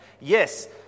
Yes